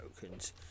tokens